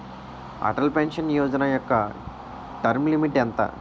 Atal pension Yojana యెక్క term limit ఎంత?